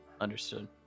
understood